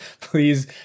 Please